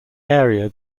area